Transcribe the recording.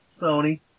Sony